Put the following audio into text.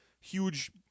huge